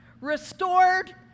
Restored